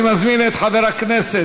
אני מזמין את חבר הכנסת